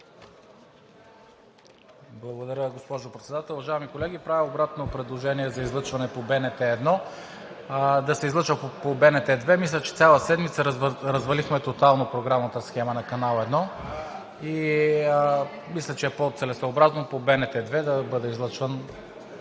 Благодаря, госпожо Председател. Уважаеми колеги, правя обратно предложение за излъчване по БНТ 1 – да се излъчва по БНТ 2. Мисля, че цяла седмица развалихме тотално програмната схема на Канал 1, и е по целесъобразно по БНТ 2 да бъде излъчвано